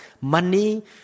money